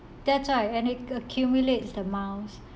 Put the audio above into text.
that's right and it accumulates the miles